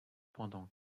pendant